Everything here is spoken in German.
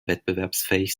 wettbewerbsfähig